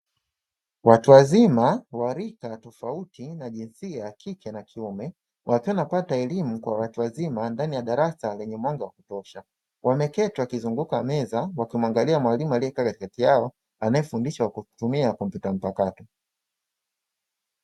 Watu wazima wa rika tofauti na jinsia ya kike na kiume, wakiwa wanapata elimu kwa watu wazima ndani ya darasa lenye mwanga wa kutosha. Wameketi wakizunguka meza wakimwangalia mwalimu aliyekaa katikati yao, anayefundisha kwa kutumia kompyuta mpakato.